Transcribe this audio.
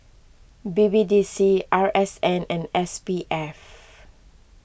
B B D C R S N and S P F